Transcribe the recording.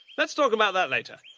let's talk about that later.